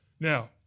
Now